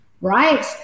right